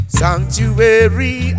sanctuary